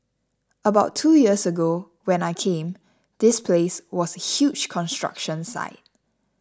about two years ago when I came this place was a huge construction site